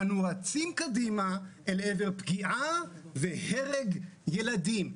אנו רצים קדימה לעבר פגיעה והרג ילדים".